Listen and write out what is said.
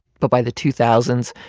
but by the two thousand